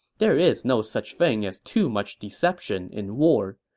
there is no such thing as too much deception in war.